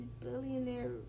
billionaire